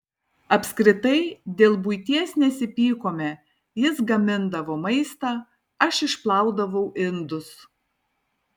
apskritai dėl buities nesipykome jis gamindavo maistą aš išplaudavau indus